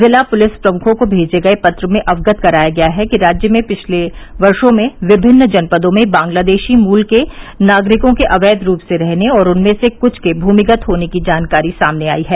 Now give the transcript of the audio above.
जिला पुलिस प्रमुखों को भेजे गये पत्र में अवगत कराया गया है कि राज्य में पिछले वर्षो में विभिन्न जनपदों में बाग्लादेशी मूल के नागरिकों के अवैध रूप से रहने और उनमें से कुछ के भूमिगत होने की जानकारी सामने आई है